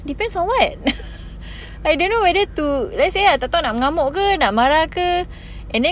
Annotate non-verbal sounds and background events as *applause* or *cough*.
depends on what *laughs* I don't know whether to let's say ah tak tahu nak mengamuk ke nak marah ke and then